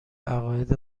عقاید